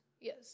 yes